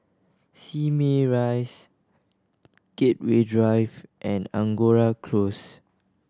Simei Rise Gateway Drive and Angora Close